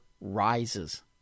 rises